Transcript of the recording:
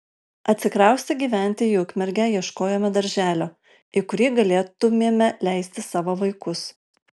atsikraustę gyventi į ukmergę ieškojome darželio į kurį galėtumėme leisti savo vaikus